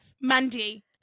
Mandy